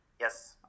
Yes